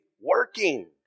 working